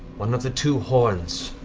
one of the two horns